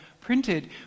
printed